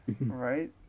Right